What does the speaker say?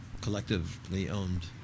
collectively-owned